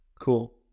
Cool